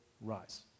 rise